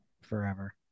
forever